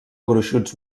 gruixuts